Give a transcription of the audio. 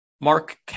Mark